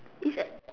it's at